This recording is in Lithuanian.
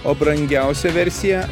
o brangiausia versija